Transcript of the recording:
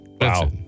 Wow